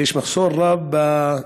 יש מחסור בתקנים